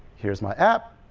here is my app.